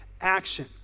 action